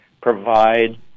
provide